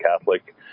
Catholic